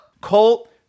Colt